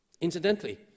Incidentally